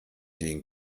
dem